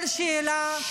כל שאלה,